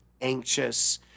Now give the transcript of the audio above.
anxious